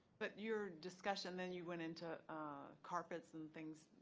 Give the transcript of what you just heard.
but your discussion, then you went into carpets and things.